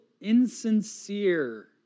insincere